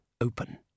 open